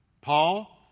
Paul